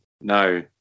no